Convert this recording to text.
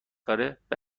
دارد، به